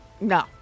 no